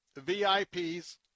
vips